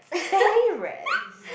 favourite